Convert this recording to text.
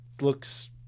looks